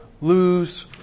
lose